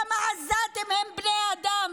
גם העזתים הם בני אדם.